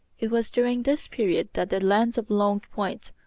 it was during this period that the lands of longue-pointe,